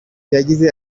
yagize